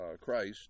Christ